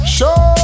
Show